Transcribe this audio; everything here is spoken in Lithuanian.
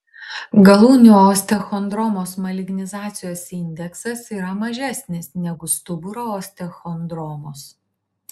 galūnių osteochondromos malignizacijos indeksas yra mažesnis negu stuburo osteochondromos